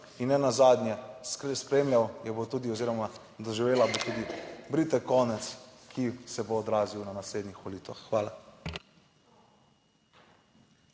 in nenazadnje spremljal jo bo tudi oziroma doživela bo tudi brite konec, ki se bo odrazil na naslednjih volitvah. Hvala.